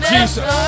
Jesus